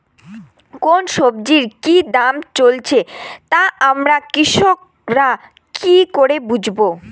কোন সব্জির কি দাম চলছে তা আমরা কৃষক রা কি করে বুঝবো?